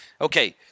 Okay